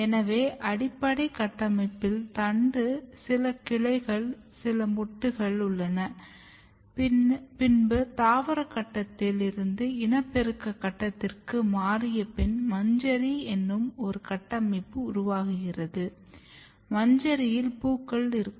எனவே அடிப்படை கட்டமைப்பில் தண்டு சில கிளைகள் சில மொட்டுக்கள் உள்ளன பின்பு தாவர கட்டத்தில் இருந்து இனப்பெருக்க கட்டத்திற்கு மாறியப் பின் மஞ்சரி என்னும் ஒரு கட்டமைப்பு உருவாக்குகிறது மஞ்சரியில் பூக்கள் இருக்கும்